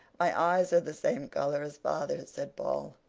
my eyes are the same color as father's, said paul,